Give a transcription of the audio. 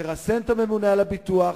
תרסן את הממונה על הביטוח,